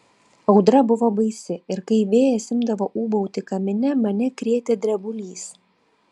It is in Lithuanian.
audra buvo baisi ir kai vėjas imdavo ūbauti kamine mane krėtė drebulys